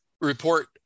report